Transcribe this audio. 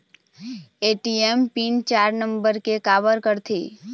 ATM PIN चार number के काबर करथे?